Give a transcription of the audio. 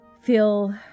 feel